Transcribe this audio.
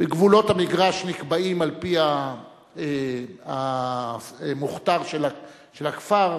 וגבולות המגרש נקבעים על-פי המוכתר של הכפר,